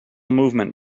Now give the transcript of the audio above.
movement